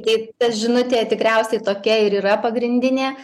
tai ta žinutė tikriausiai tokia ir yra pagrindinė